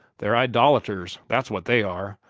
they're idolaters, that's what they are!